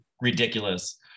ridiculous